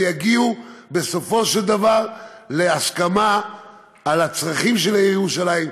ויגיעו בסופו של דבר להסכמה על הצרכים של העיר ירושלים.